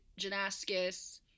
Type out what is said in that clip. Janaskis